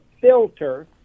filter